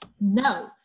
no